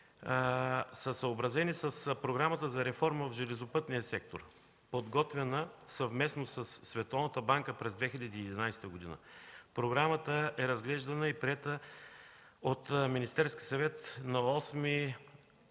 са съобразени с Програмата за реформи от железопътния сектор, подготвена съвместно със Световната банка през 2011 г. Програмата е разглеждана и приета от Министерския съвет на 8